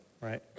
right